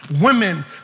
Women